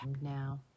now